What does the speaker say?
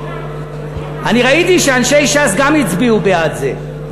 אני ראיתי שאנשי ש"ס גם הצביעו בעד זה.